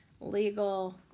legal